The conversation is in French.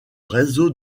réseau